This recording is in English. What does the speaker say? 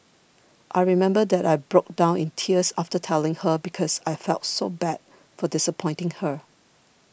I remember that I broke down in tears after telling her because I felt so bad for disappointing her